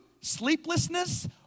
sleeplessness